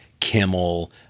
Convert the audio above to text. Kimmel